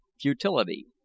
Futility